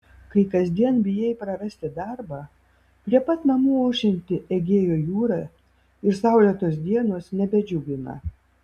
kai kasdien bijai prarasti darbą prie pat namų ošianti egėjo jūra ir saulėtos dienos nebedžiugina